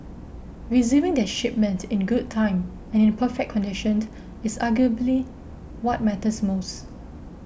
receiving their shipment in good time and in perfect condition is arguably what matters most